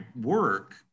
work